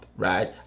right